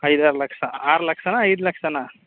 ಐದಾರು ಲಕ್ಷ ಆರು ಲಕ್ಷನಾ ಐದು ಲಕ್ಷನಾ